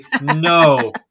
No